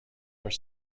are